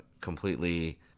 completely